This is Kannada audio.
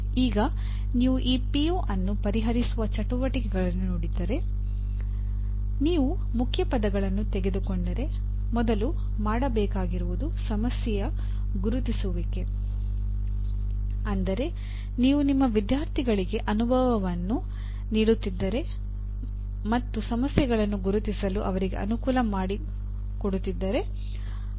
ಈಗ ನೀವು ಈ ಪಿಒ ಅನ್ನು ಈಡೇರಿಸುತ್ತೀರಿ